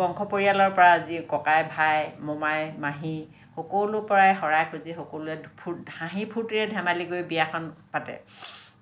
বংশ পৰিয়ালৰ পৰা যি ককাই ভাই মোমাই মাহী সকলোৰে পৰাই শৰাই খোজে সকলোৱে হাঁহি ফূৰ্টিৰে ধেমালি কৰি বিয়াখন পাতে